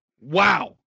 Wow